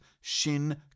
Shin